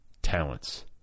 talents